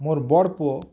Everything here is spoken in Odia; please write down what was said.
ମୋର୍ ବଡ଼୍ ପୁଅ